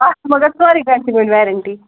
اَتھ چھِ مگر ژورٕے گنٛٹہِ وۅنۍ ویرنٹی